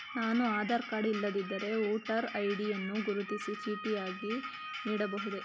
ನಾನು ಆಧಾರ ಕಾರ್ಡ್ ಇಲ್ಲದಿದ್ದರೆ voter ID ಯನ್ನು ಗುರುತಿನ ಚೀಟಿಯಾಗಿ ನೀಡಬಹುದೇ?